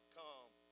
come